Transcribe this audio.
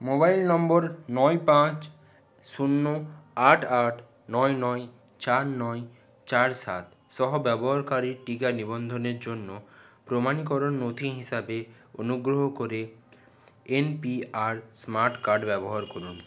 mobile নম্বর নয় পাঁচ শূন্য আট আট নয় নয় চার নয় চার সাত সহ ব্যবহারকারীর টিকা নিবন্ধনের জন্য প্রমাণীকরণ নথি হিসাবে অনুগ্রহ করে এনপিআর স্মার্ট কার্ড ব্যবহার করুন